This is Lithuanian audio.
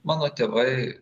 mano tėvai